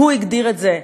הוא הגדיר את זה: